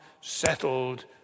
settled